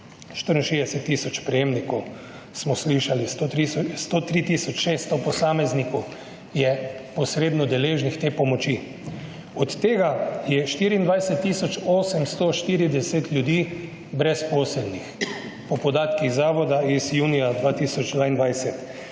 64 tisoč prejemnikov, smo slišali, 103.600 posameznikov je posredno deležnih te pomoči. Od tega je 24.840 ljudi brezposelnih po podatkih zavoda iz junija 2022.